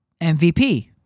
MVP